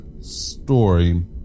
story